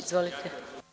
Izvolite.